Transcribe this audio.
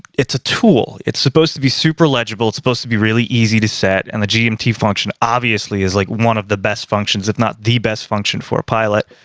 it's a tool it's supposed to be super legible, it's supposed to be really easy to set, and the gmt function, obviously, is like one of the best functions, if not the best function, for a pilot.